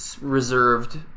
reserved